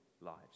lives